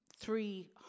three